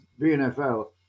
bnfl